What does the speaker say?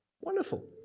Wonderful